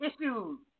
issues